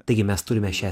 taigi mes turime šią